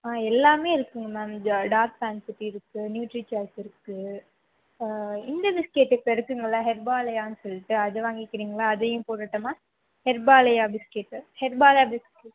ஆ எல்லாமே இருக்குதுங்க மேம் டா டார்க் ஃபேன்டஸி இருக்குது நியூட்ரி சாய்ஸ் இருக்குது இந்த பிஸ்கெட்டு இப்போ இருக்குங்கள்லே ஹெர்பாலயான்னு சொல்லிட்டு அதை வாங்கிக்கிறீங்களா அதையும் போடட்டுமா ஹெர்பாலையா பிஸ்கெட்டு ஹெர்பாலையா பிஸ்கெட்